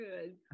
good